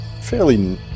fairly